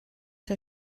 der